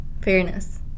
Fairness